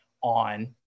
on